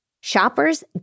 Shoppers